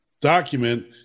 document